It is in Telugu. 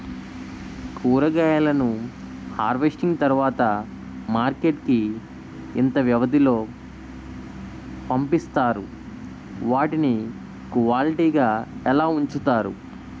కూరగాయలను హార్వెస్టింగ్ తర్వాత మార్కెట్ కి ఇంత వ్యవది లొ పంపిస్తారు? వాటిని క్వాలిటీ గా ఎలా వుంచుతారు?